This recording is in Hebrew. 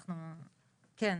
כן,